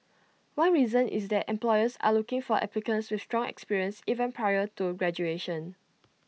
one reason is that employers are looking for applicants with strong experience even prior to graduation